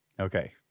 Okay